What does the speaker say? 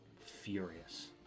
furious